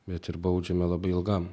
bet ir baudžiame labai ilgam